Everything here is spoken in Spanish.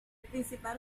principal